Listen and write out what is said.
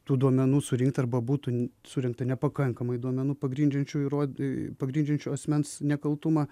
tų duomenų surinkt arba būtų surinkta nepakankamai duomenų pagrindžiančių įrody pagrindžiančių asmens nekaltumą